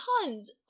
tons